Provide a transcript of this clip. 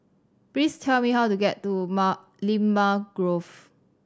please tell me how to get to Limau Grove